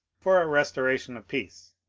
for a restoration of peace,